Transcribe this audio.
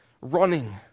running